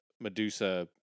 Medusa